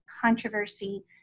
controversy